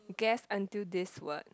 guess until this what